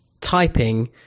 typing